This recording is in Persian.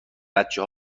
بچه